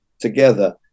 together